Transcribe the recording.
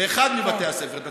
באחד מבתי הספר היסודיים.